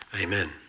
Amen